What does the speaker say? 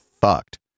fucked